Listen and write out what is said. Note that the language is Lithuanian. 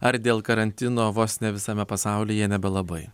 ar dėl karantino vos ne visame pasaulyje nebelabai